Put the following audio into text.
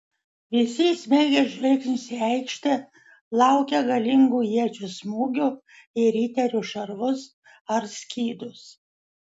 visi įsmeigę žvilgsnius į aikštę laukė galingų iečių smūgių į riterių šarvus ar skydus